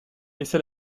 laissa